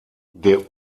der